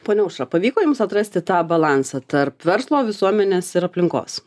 ponia aušra pavyko jums atrasti tą balansą tarp verslo visuomenės ir aplinkos